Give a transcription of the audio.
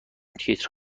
تیتر